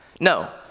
No